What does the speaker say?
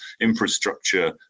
infrastructure